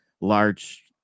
large